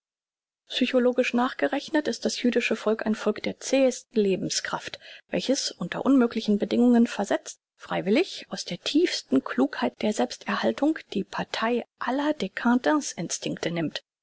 psychologisch nachgerechnet ist das jüdische volk ein volk der zähesten lebenskraft welches unter unmögliche bedingungen versetzt freiwillig aus der tiefsten klugheit der selbsterhaltung die partei aller dcadence instinkte nimmt